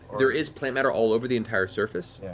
there is plant matter all over the entire surface.